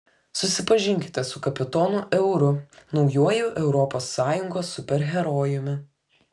susipažinkite su kapitonu euru naujuoju europos sąjungos superherojumi